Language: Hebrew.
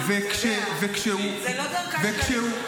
זו לא דרכו של הליכוד.